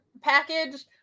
package